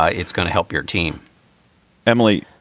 ah it's going to help your team emily,